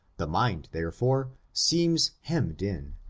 the mind, therefore, seems hemmed in,